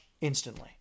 instantly